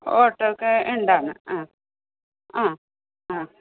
auto ഒക്കെ ഉണ്ടാകുന്നു ആ ആ